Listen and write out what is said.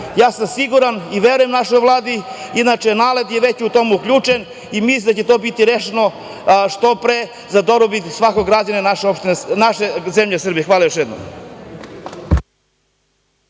sam siguran i verujem našoj Vladi, inače NALED je već u tome uključen i mislim da će to biti rešeno što pre, za dobrobit svakog građanina naše zemlje Srbije. Hvala još jednom.